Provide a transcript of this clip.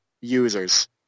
users